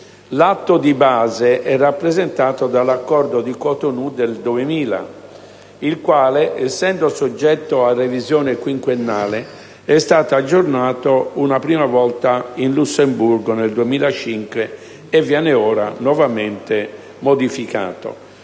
L'atto di base è rappresentato dall'Accordo di Cotonou del 2000, il quale, essendo soggetto a revisione quinquennale, è stato aggiornato una prima volta a Lussemburgo nel 2005 e viene ora nuovamente modificato.